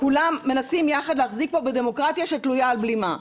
כולם מנסים יחד להחזיק פה בדמוקרטיה שתלויה על בלימה.